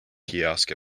kiosk